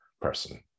person